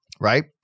right